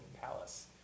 palace